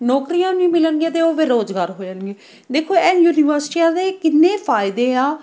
ਨੌਕਰੀਆਂ ਨਹੀਂ ਮਿਲਣਗੀਆਂ ਤਾਂ ਉਹ ਬੇਰੁਜ਼ਗਾਰ ਹੋ ਜਾਣਗੇ ਦੇਖੋ ਇਹ ਯੂਨੀਵਰਸਿਟੀਆਂ ਦੇ ਕਿੰਨੇ ਫਾਇਦੇ ਆ